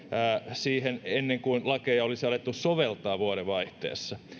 siihen ennen kuin lakeja olisi alettu soveltaa vuodenvaihteessa